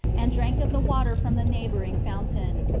and drank of the water from the neighbouring fountain,